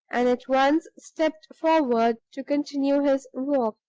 and at once stepped forward to continue his walk.